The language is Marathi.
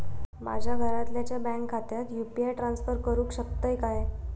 माझ्या घरातल्याच्या बँक खात्यात यू.पी.आय ट्रान्स्फर करुक शकतय काय?